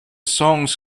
songs